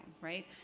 right